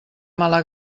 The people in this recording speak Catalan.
mala